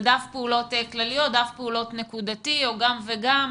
זה דף פעולות כללי או דף פעולות נקודתי או גם וגם?